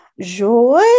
Joy